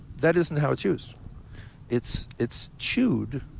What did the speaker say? that isn't how it's used. it's it's chewed,